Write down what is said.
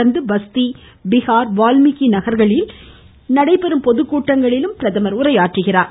தொடர்ந்து பஸ்தி பீகார் வால்மீகி நகரில் நடைபெறும் பொதுக்கூட்டத்திலும் உரையாற்றுகிறார்